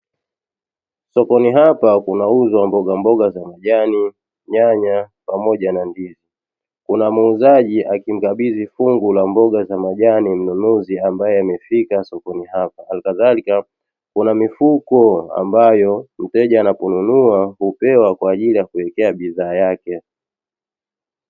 Sokoni hapa kunauzwa mbogamboga za majani, nyanya pamoja na ndizi. kuna muuzaji akimkabidhi fungu la mboga za majani mnunuzi ambaye amefika sokoni hapa halikadhalika, kuna mifuko ambayo mteja ataponunua hupewa kwa ajili ya kuwekea bidhaa yake.